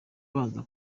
abanza